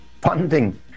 funding